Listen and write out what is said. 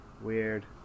Weird